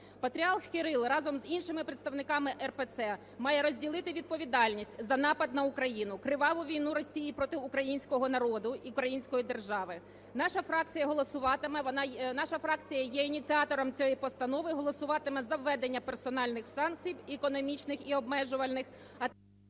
Патріарх Кирило разом з іншими представниками РПЦ має розділити відповідальність за напад на Україну, криваву війну Росії проти українського народу і української держави. Наша фракція голосуватиме. Наша фракція є ініціатором цієї постанови, голосуватиме за введення персональних санкцій економічних і обмежувальних…